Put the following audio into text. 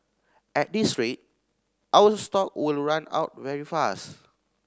at this rate our stock will run out very fast